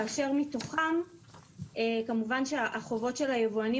כאשר מתוכם כמובן שהחובות של היבואנים